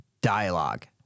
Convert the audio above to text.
dialogue